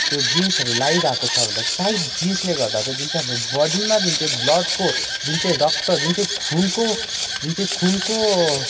त्यो जिन्सहरू लाइरहेको छ भन्दा टाइट जिन्सले गर्दा चाहिँ जुन चाहिँ हाम्रो बडीमा जुन चाहिँ ब्लडको जुन चाहिँ रक्त जुन चाहिँ खुनको जुन चाहिँ खुनको